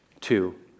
two